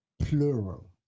plural